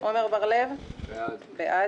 עמר בר לב, בעד.